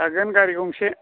जागोन गारि गंसे